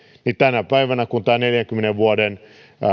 nostaneet tänä päivänä kun tämä neljänkymmenen vuoden